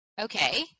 Okay